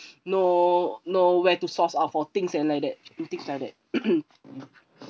know know where to source are for things and like the things like that